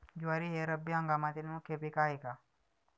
ज्वारी हे रब्बी हंगामातील मुख्य पीक आहे का?